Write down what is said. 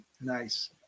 Nice